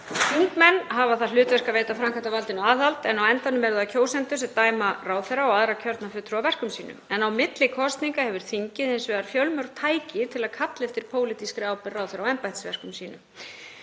Þingmenn hafa það hlutverk að veita framkvæmdarvaldinu aðhald en á endanum eru það kjósendur sem dæma ráðherra og aðra kjörna fulltrúa af verkum sínum en á milli kosninga hefur þingið hins vegar fjölmörg tæki til að kalla eftir pólitískri ábyrgð ráðherra á embættisverkum sínum.